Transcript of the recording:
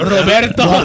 Roberto